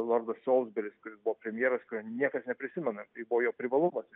lordas solsberis kuris buvo premjeras kurio niekas neprisimena tai buvo jo privalumas